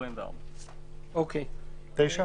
"9.